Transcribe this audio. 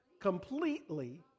completely